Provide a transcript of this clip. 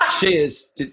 Cheers